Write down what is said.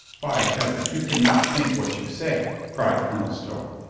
by heaven, you can not think what you say! cried colonel stow.